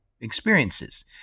experiences